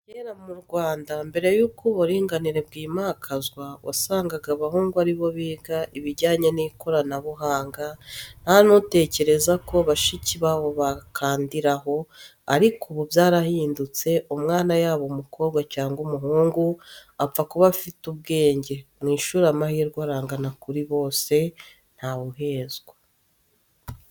Kera mu Rwanda mbere y'uko uburinganire bwimakazwa, wasangaga abahungu aribo biga ibijyanye n'ikoranabuhanga nta n'utekereza ko bashiki babo bakandiraho, ariko ubu byarahindutse umwana yaba umukobwa cyangwa umuhungu apfa kuba afite ubwenge, mu ishuri amahirwe arangana kuri bose, ntawe uhezwa.